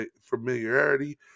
familiarity